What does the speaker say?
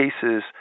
cases